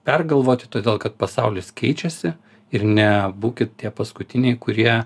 pergalvoti todėl kad pasaulis keičiasi ir nebūkit tie paskutiniai kurie